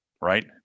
right